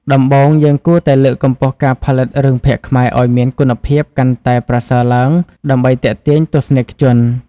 ដំបូង យើងគួរតែលើកកម្ពស់ការផលិតរឿងភាគខ្មែរឲ្យមានគុណភាពកាន់តែប្រសើរឡើងដើម្បីទាក់ទាញទស្សនិកជន។